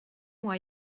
moi